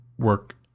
work